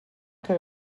que